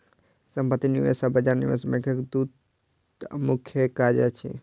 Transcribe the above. सम्पत्ति निवेश आ बजार निवेश बैंकक दूटा मुख्य काज अछि